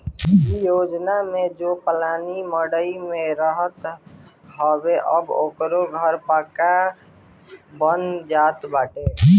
इ योजना में जे लोग पलानी मड़इ में रहत रहे अब ओकरो पक्का घर बन जात बाटे